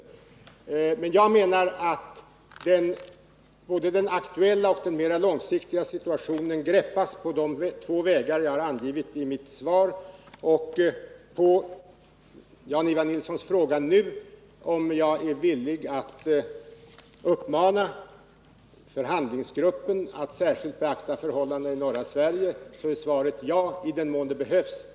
Enligt min mening greppas både den aktuella och den mera långsiktiga situationen genom de två vägar jag har anvisat i mitt svar. På Jan-Ivan Nilssons senaste fråga, om jag är villig att uppmana förhandlingsgruppen att särskilt beakta förhållandena i norra Sverige, är svaret: Ja, i den mån det behövs.